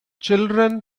children